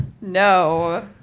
No